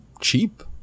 cheap